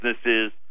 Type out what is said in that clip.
businesses